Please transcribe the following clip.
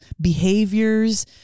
behaviors